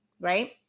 right